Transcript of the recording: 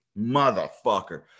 motherfucker